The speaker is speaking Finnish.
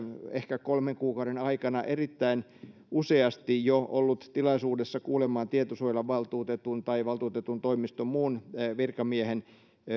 ehkä kolmen kuukauden aikana erittäin useasti jo ollut tilaisuudessa kuulemassa tietosuojavaltuutetun tai valtuutetun toimiston muun virkamiehen